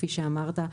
כפי שאמרת,